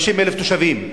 50,000 תושבים,